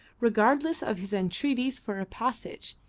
regardless of his entreaties for a passage,